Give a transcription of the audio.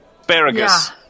Asparagus